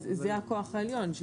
זה הכוח העליון.